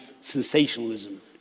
sensationalism